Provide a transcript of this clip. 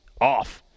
off